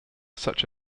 such